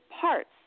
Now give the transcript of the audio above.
parts